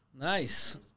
Nice